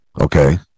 Okay